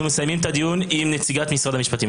אנחנו מסיימים את הדיון עם נציגת משרד המשפטים.